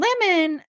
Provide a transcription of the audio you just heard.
lemon